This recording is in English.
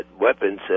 weapons